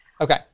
Okay